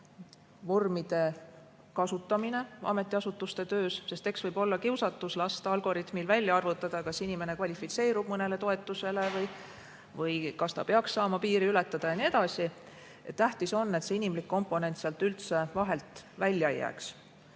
kasutamine ametiasutuste töös. Eks võib tulla kiusatus lasta algoritmil välja arvutada, kas inimene kvalifitseerub mõnele toetusele või kas ta peaks saama piiri ületada ja nii edasi. On tähtis, et inimlik komponent sealt üldse vahelt välja ei jääks.